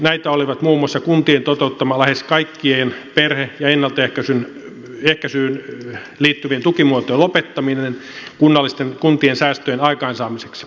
näitä olivat muun muassa kuntien toteuttama lähes kaikkia perheitä koskeva ennaltaehkäisyyn liittyvien tukimuotojen lopettaminen kuntien säästöjen aikaansaamiseksi